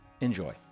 Enjoy